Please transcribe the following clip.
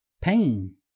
pain